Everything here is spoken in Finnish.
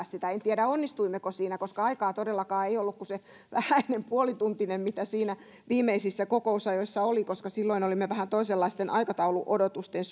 sitä en tiedä onnistuimmeko siinä koska aikaa todellakaan ei ollut kuin se vähäinen puolituntinen mitä niissä viimeisissä kokousajoissa oli koska silloin olimme vähän toisenlaisissa aikatauluodotuksissa